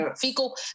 fecal